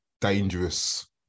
dangerous